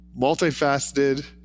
multifaceted